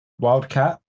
Wildcat